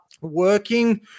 working